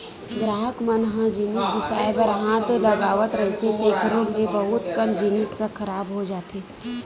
गराहक मन ह जिनिस बिसाए बर हाथ लगावत रहिथे तेखरो ले बहुत कन जिनिस ह खराब हो जाथे